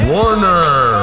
Warner